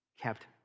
kept